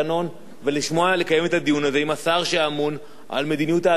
לקיים את הדיון הזה עם השר שאמון על מדיניות ההגירה למדינת ישראל.